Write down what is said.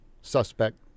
suspect